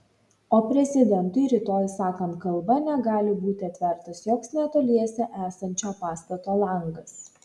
o prezidentui rytoj sakant kalbą negali būti atvertas joks netoliese esančio pastato langas